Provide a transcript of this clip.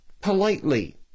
politely